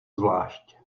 zvlášť